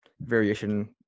variation